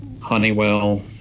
Honeywell